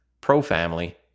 pro-family